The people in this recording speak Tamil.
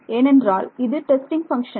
ஏனென்றால் இது டெஸ்டிங் பங்க்ஷன்